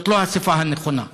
זאת לא השפה הנכונה.